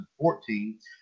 2014